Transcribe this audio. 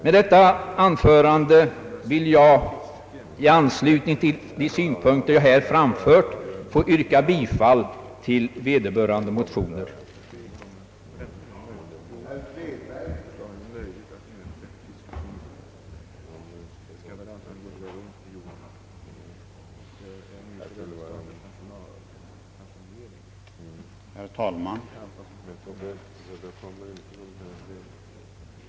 Med detta anförande vill jag i anslutning till de synpunkter jag här framfört yrka bifall till motionerna I: 345 och II: 431.